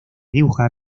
dibujar